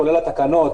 כולל התקנות,